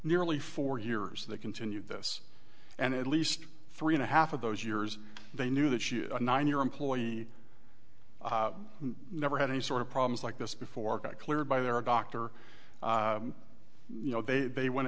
nearly four years they continued this and at least three and a half of those years they knew that nine your employee never had any sort of problems like this before got cleared by their doctor you know they they want